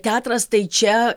teatras tai čia